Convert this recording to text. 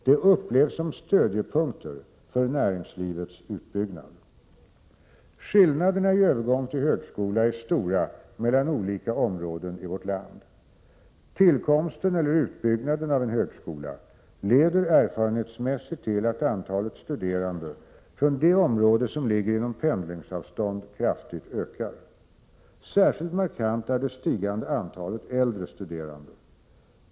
De upplevs som stödjepunkter för näringslivets utbyggnad. Skillnaderna i övergång till högskola är stora mellan olika områden i vårt land. Tillkomsten eller utbyggnaden av en högskola leder erfarenhetsmässigt till att antalet studerande från det område som ligger inom pendlingsavstånd kraftigt ökar. Särskilt markant är det stigande antalet äldre studerande.